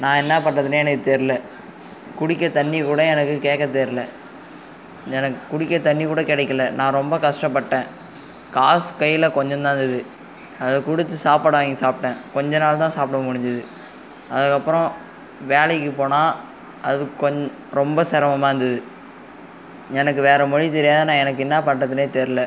நான் என்ன பண்ணுறதுனே எனக்கு தெரியல குடிக்க தண்ணீர் கூட எனக்கு கேட்க தெரியல எனக்கு குடிக்க தண்ணீர் கூட கிடைக்கல நான் ரொம்ப கஷ்டப்பட்டேன் காசு கையில் கொஞ்சம் தான் இருந்தது அதை கொடுத்து சாப்பாடு வாங்கி சாப்பிட்டேன் கொஞ்சம் நாள் தான் சாப்பிட முடிஞ்சுது அதுக்கப்புறம் வேலைக்கு போனால் அது கொஞ் ரொம்ப சிரமமாக இருந்துது எனக்கு வேறு மொழி தெரியாத நான் எனக்கு என்ன பண்ணுறதுனே தெரியல